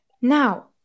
now